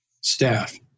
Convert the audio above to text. staff